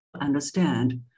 understand